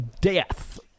Death